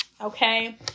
okay